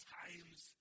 times